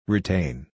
Retain